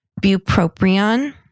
Bupropion